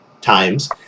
times